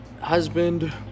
husband